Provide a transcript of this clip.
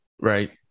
Right